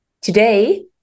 Today